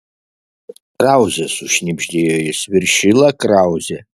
krauzė sušnibždėjo jis viršila krauzė